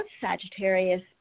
Sagittarius